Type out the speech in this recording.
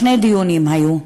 שני דיונים היו: